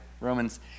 Romans